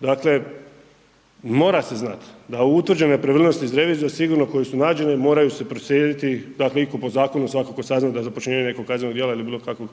Dakle, mora se znati da utvrđene nepravilnosti iz revizije sigurno koje su nađene moraju se proslijediti, dakle iko po zakonu svakako sazna da za počinjenje nekog kaznenog ili bilo kakvog